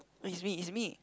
is me is me